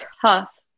tough